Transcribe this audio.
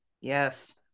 yes